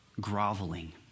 groveling